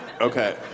Okay